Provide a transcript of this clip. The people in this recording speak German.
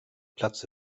platz